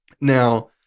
Now